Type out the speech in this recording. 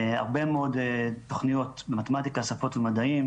הרבה מאוד תוכניות במתמטיקה, שפות ומדעים,